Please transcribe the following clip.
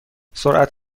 سرعت